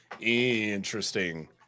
Interesting